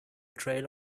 trail